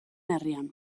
herrian